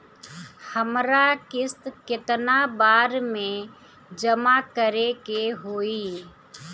हमरा किस्त केतना बार में जमा करे के होई?